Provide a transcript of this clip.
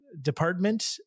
department